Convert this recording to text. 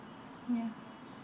ya